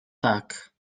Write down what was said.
tak